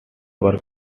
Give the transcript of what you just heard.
work